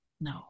No